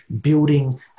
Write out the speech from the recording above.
building